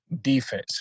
Defense